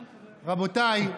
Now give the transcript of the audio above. רבותיי,